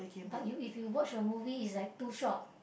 but you if you watch the movie is like too short